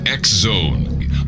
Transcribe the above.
X-Zone